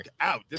out